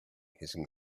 hissing